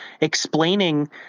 explaining